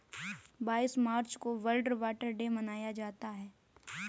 बाईस मार्च को वर्ल्ड वाटर डे मनाया जाता है